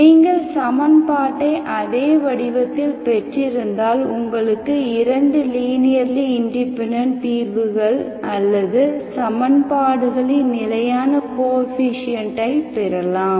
நீங்கள் சமன்பாட்டை அதே வடிவத்தில் பெற்றிருந்தால் உங்களுக்கு 2 லீனியர்லி இண்டிபெண்டெண்ட் தீர்வுகள் அல்லது சமன்பாடுகளின் நிலையான கோஎஃபீஷியேன்ட் ஐ பெறலாம்